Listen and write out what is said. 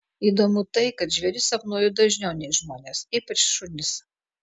įdomu tai kad žvėris sapnuoju dažniau nei žmones ypač šunis